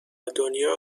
دنیا